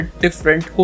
different